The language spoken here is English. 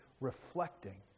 reflecting